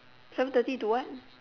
seven thirty to what